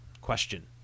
question